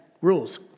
rules